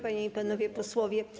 Panie i Panowie Posłowie!